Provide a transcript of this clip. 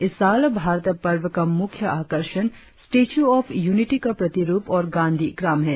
इस साल भारत पर्व का मुख आकर्षण स्टेच्यू ऑफ यूनिटी का प्रतिरुप और गांधी ग्राम है